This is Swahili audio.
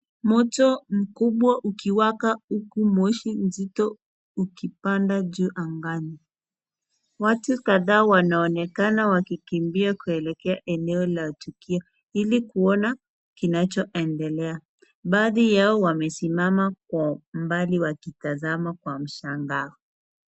Moto mkubwa ukiwaka huku moshi mzito ukipanda juu angani. Watu kadhaa wanaonekana wakikimbia kuelekea eneo la tukio ili kuona kinachoendelea. Baadhi yao wamesimama kwa umbali wakitazama kwa mshangao.